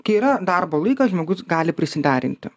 kai yra darbo laikas žmogus gali prisiderinti